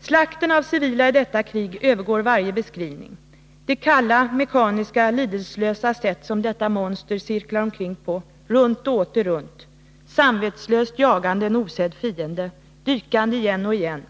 Slakten av civila i detta krig övergår varje beskrivning. Det kalla, mekaniska, lidelselösa sätt som detta monster cirklade runt på — runt och åter runt, samvetslöst jagande en osedd fiende — dykande igen och igen...